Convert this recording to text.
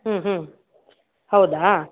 ಹ್ಞೂ ಹ್ಞೂ ಹೌದಾ